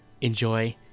enjoy